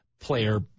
player